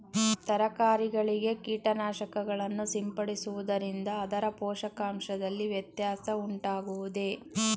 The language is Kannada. ತರಕಾರಿಗಳಿಗೆ ಕೀಟನಾಶಕಗಳನ್ನು ಸಿಂಪಡಿಸುವುದರಿಂದ ಅದರ ಪೋಷಕಾಂಶದಲ್ಲಿ ವ್ಯತ್ಯಾಸ ಉಂಟಾಗುವುದೇ?